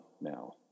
now